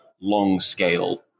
long-scale